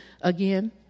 again